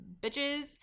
bitches